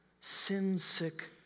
sin-sick